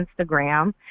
Instagram